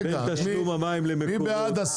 רגע.